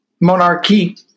monarchy